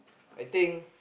I think